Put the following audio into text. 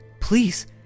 please